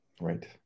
right